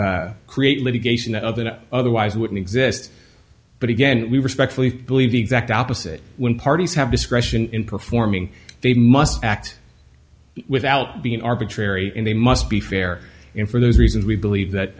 create litigation out of an otherwise wouldn't exist but again we respectfully believe the exact opposite when parties have discretion in performing they must act without being arbitrary and they must be fair in for those reasons we believe that